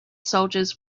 soldiers